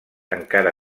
encara